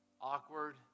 awkward